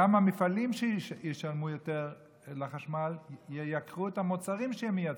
גם המפעלים שישלמו יותר לחשמל ייקרו את המוצרים שהם מייצרים,